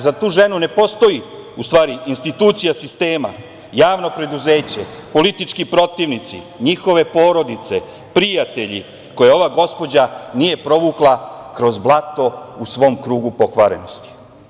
Za tu ženu ne postoji u stvari institucija sistema, javno preduzeće, politički protivnici, njihove porodice, prijatelji koje ova gospođa nije provukla kroz blato u svom krugu pokvarenosti.